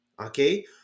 okay